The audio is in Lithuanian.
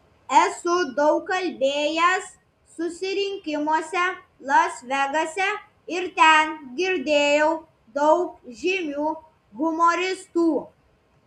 esu daug kalbėjęs susirinkimuose las vegase ir ten girdėjau daug žymių humoristų